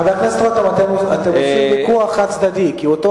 חבר הכנסת רותם, אתם עושים ויכוח חד-צדדי, כי אותו